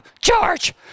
George